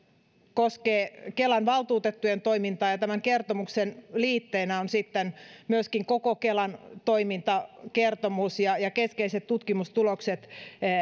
koskee kelan valtuutettujen toimintaa ja tämän kertomuksen liitteinä ovat sitten myöskin koko kelan toimintakertomus ja ja keskeiset tutkimustulokset